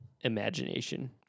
imagination